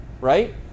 right